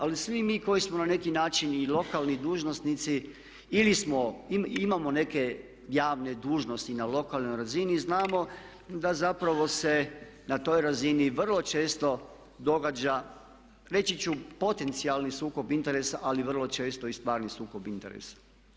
Ali svi mi koji smo na neki način i lokalni dužnosnici ili imamo neke javne dužnosti na lokalnoj razini znamo da zapravo se na toj razini vrlo često događa reći ću potencijalni sukob interesa ali vrlo često i stvarni sukob interesa.